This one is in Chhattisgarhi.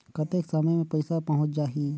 कतेक समय मे पइसा पहुंच जाही?